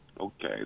Okay